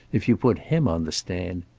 if you put him on the stand?